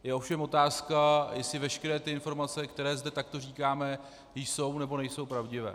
Je ovšem otázka, jestli veškeré informace, které zde takto říkáme, jsou, nebo nejsou pravdivé.